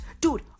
dude